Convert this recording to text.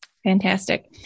Fantastic